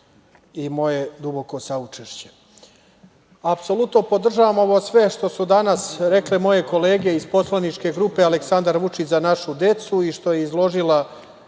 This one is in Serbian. Moje duboko saučešće. Apsolutno podržavam ovo sve što su danas rekle moje kolege iz poslaničke grupe „Aleksandar Vučić – Za našu decu“ i što je izložila